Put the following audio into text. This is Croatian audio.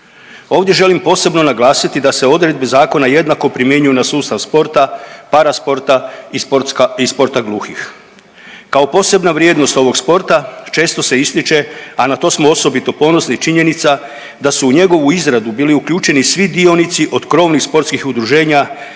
Ovdje želim posebno naglasiti da se odredbe zakona jednako primjenjuju na sustav sporta, parasporta i sporta gluhih. Kao posebna vrijednost ovog sporta često se ističe, a na to smo osobito ponosni činjenica da su u njegovu izradu bili uključeni svi dionici od krovnih sportskih udruženja,